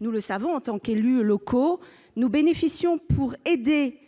nous le savons, en tant qu'élus locaux, nous bénéficions pour aider